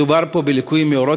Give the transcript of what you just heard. מדובר פה בליקוי מאורות.